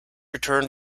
return